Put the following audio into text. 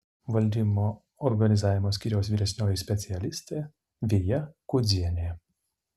valdymo organizavo skyriaus vyresnioji specialistė vija kudzienė